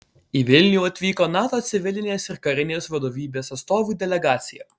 į vilnių atvyko nato civilinės ir karinės vadovybės atstovų delegacija